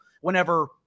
whenever